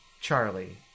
Charlie